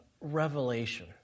revelation